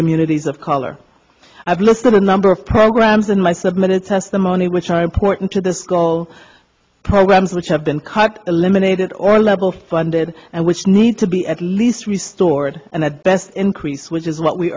communities of color i've listed a number of programs in my submitted testimony which are important to the school programs which have been cut eliminated or level funded and which need to be at least restored and the best increase which is what we